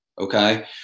okay